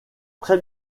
très